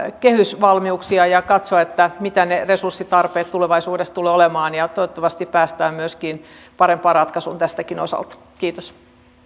kehysvalmiuksia ja katsoa mitä ne resurssitarpeet tulevaisuudessa tulevat olemaan toivottavasti päästään parempaan ratkaisuun myöskin tämän osalta kiitos